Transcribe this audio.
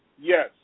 Yes